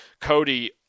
Cody